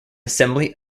assembly